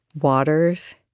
waters